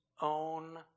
own